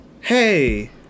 Hey